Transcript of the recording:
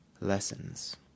lessons